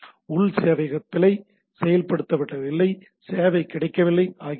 உள் சேவையக பிழை செயல்படுத்தப்படவில்லை சேவை கிடைக்கவில்லை ஆகியவையாகும்